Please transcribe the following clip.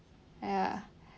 ya